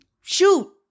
Shoot